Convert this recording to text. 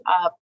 up